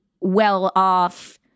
well-off